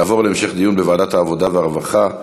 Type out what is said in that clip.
להמשך דיון בוועדת העבודה והרווחה.